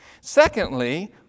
Secondly